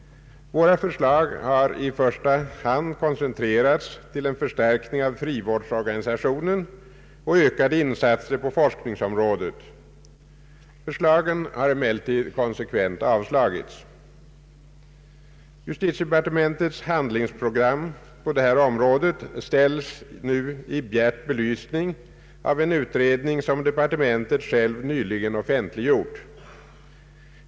Våra förslag har i första hand koncentrerats till en förstärkning av frivårdsorganisationen och ökade insatser på forskningsområdet. Förslagen har emellertid konsekvent avslagits. Justitiedepartementets handlingsprogram på det här området ställs nu i bjärt belysning av en utredning som departementet självt nyligen offentliggjort.